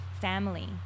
family